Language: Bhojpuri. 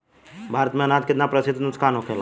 भारत में अनाज कितना प्रतिशत नुकसान होखेला?